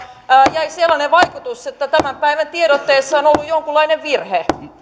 jäi sellainen vaikutelma että tämän päivän tiedotteessa on ollut jonkunlainen virhe